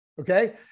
okay